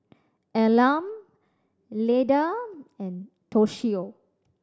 Elam Leda and Toshio